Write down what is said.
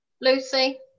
Lucy